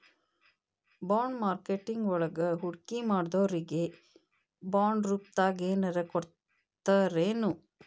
Bond marketing ವಳಗ ಹೂಡ್ಕಿಮಾಡ್ದೊರಿಗೆ ಬಾಂಡ್ರೂಪ್ದಾಗೆನರ ಕೊಡ್ತರೆನು?